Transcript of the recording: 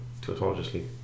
tautologically